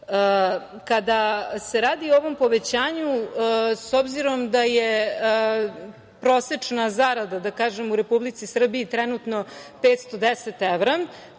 se radi o ovom povećanju, s obzirom da je prosečna zarada u Republici Srbiji trenutno 510 evra,